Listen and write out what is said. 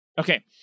Okay